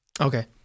Okay